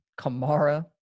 Kamara